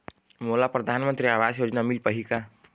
मोला परधानमंतरी आवास योजना मिल पाही का?